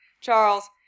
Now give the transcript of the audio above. Charles